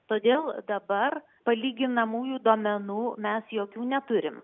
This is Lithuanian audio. todėl dabar palyginamųjų duomenų mes jokių neturim